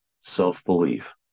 self-belief